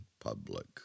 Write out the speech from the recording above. public